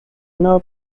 jena